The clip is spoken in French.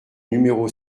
numéro